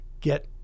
get